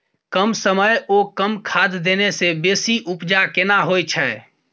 कम समय ओ कम खाद देने से बेसी उपजा केना होय छै?